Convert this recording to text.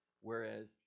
Whereas